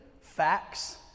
facts